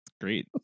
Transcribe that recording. great